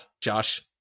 Josh